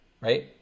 right